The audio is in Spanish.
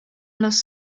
los